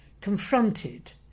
confronted